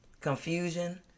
confusion